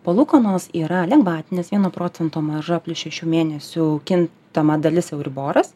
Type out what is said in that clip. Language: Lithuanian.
palūkanos yra lengvatinės vieno procento marža plius šešių mėnesių kintama dalis euriboras